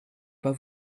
pas